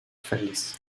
verlies